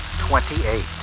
twenty-eight